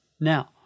Now